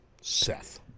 Seth